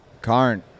Karn